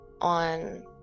on